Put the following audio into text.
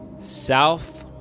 South